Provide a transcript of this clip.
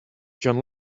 john